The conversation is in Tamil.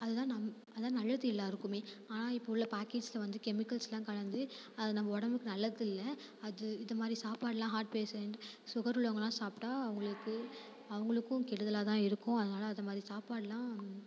அது தான் நம் அதுதான் நல்லது எல்லோருக்குமே ஆனால் இப்போ உள்ள பாக்கேட்சில் வந்து கெமிக்கல்ஸ்லாம் கலந்து அது நம்ம உடம்புக்கு நல்லது இல்லை அது இதுமாதிரி சாப்பாடெலாம் ஹார்ட் பேஷண்ட் சுகர் உள்ளவங்கள்லாம் சாப்பிட்டா அவங்களுக்கு அவங்களுக்கும் கெடுதலாகதான் இருக்கும் அதனால் அதை மாதிரி சாப்பாடெலாம்